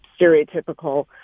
stereotypical